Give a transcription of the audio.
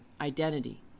identity